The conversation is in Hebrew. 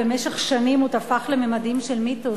במשך שנים הוא תפח לממדים של מיתוס.